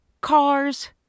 cars